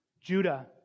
Judah